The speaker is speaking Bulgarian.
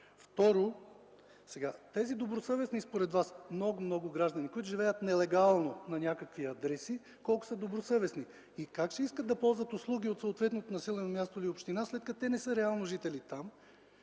Второ, тези добросъвестни според Вас много, много граждани, които живеят нелегално на някакви адреси, колко са добросъвестни? Как ще искат да ползват услуги от съответното населено място или община, след като не са реално жители там?